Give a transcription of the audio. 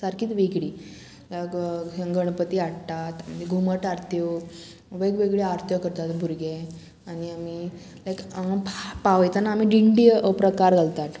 सारकीच वेगळी लायक गणपती हाडटात घुमट आरत्यो वेगवेगळ्यो आरत्यो करतात भुरगे आनी आमी लायक पावयताना आमी दिंडी हो प्रकार घालतात